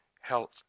health